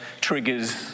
triggers